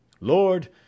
Lord